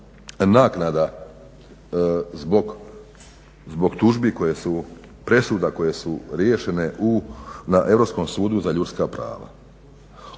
naknada zbog tužbi koje su presuda koje su riješene u Europskom sudu za ljudska prava.